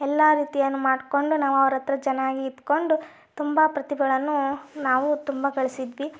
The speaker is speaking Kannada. ಎಲ್ಲ ರೀತಿಯನ್ನು ಮಾಡಿಕೊಂಡು ನಾವು ಅವ್ರಹತ್ರ ಚೆನ್ನಾಗಿ ಇದ್ದುಕೊಂಡು ತುಂಬ ಪ್ರತಿಭೆಗಳನ್ನು ನಾವು ತುಂಬ ಗಳಿಸಿದ್ವಿ